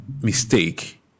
mistake